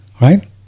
Right